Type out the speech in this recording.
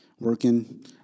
working